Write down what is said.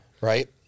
Right